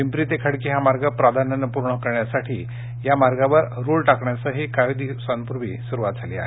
पिंपरी ते खडकी हा मार्ग प्राधान्याने पूर्ण करण्यासाठी या मार्गावर रुळ टाकण्यासही काही दिवसांपूर्वी सुरवात झाली आहे